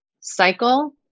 cycle